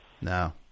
No